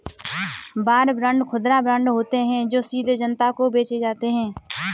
war bond खुदरा bond होते हैं जो सीधे जनता को बेचे जाते हैं